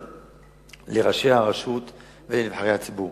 לראשי הרשות ולנבחרי הציבור.